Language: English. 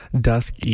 dusk